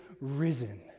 risen